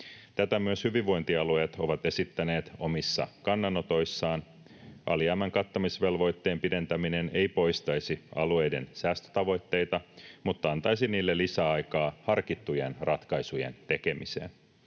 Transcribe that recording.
Tätä myös hyvinvointialueet ovat esittäneet omissa kannanotoissaan. Alijäämän kattamisvelvoitteen pidentäminen ei poistaisi alueiden säästötavoitteita mutta antaisi niille lisäaikaa harkittujen ratkaisujen tekemiseen,